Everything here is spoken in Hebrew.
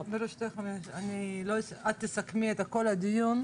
ברשותך, את תסכמי את כל הדיון,